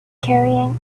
carrying